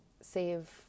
save